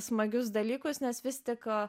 smagius dalykus nes vis tik